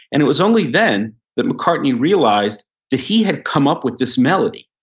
and it was only then that mccartney realized that he had come up with this melody.